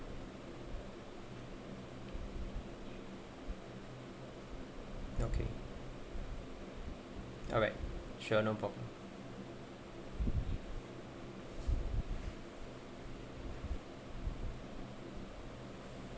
okay alright sure no problem